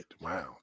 wow